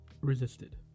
resisted